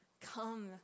come